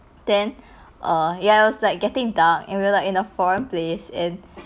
then err ya it was like getting dark and we're like in a foreign place and